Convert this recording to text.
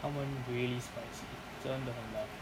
他们 released spicy 真的很辣